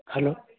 hello